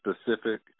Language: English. specific